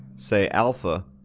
say, alpha,